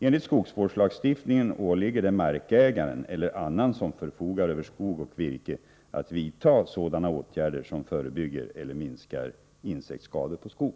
Enligt skogsvårdslagstiftningen åligger det markägaren eller annan som förfogar över skog och virke att vidta sådana åtgärder som förebygger eller minskar insektsskador på skog.